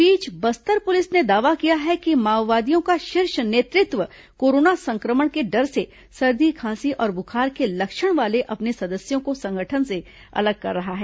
इस बीच बस्तर पुलिस ने दावा किया है कि माओवादियों का शीर्ष नेतृत्व कोरोना संक्रमण के डर से सर्दी खांसी और बुखार के लक्षण वाले अपने सदस्यों को संगठन से अलग कर रहा है